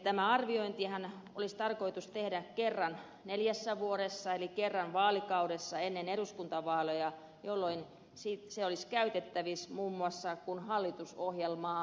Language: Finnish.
tämä arviointihan olisi tarkoitus tehdä kerran neljässä vuodessa eli kerran vaalikaudessa ennen eduskuntavaaleja jolloin se olisi käytettävissä muun muassa kun hallitusohjelmaa laaditaan